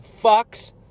fucks